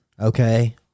Okay